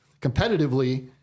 competitively